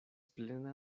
plena